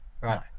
right